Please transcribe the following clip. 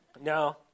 No